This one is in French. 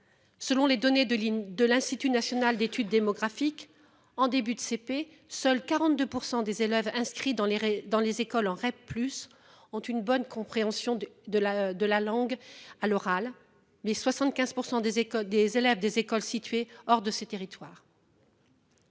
Selon les données de l'de l'Institut national d'études démographiques en début de CP, seuls 42% des élèves inscrits dans les dans les écoles en REP plus ont une bonne compréhension du de la de la langue à l'oral. Les 75% des écoles, des élèves des écoles situées hors de ses territoires.